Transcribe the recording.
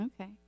Okay